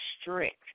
strict